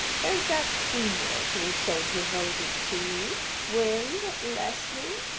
there's that senior who is so devoted to you will leslie.